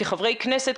כחברי כנסת,